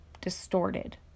distorted